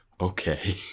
okay